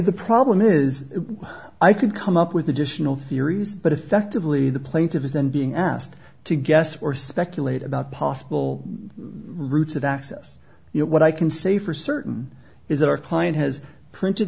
the problem is i could come up with additional theories but effectively the plaintiff is then being asked to guess or speculate about possible routes of access you know what i can say for certain is that our client has printed